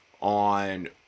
on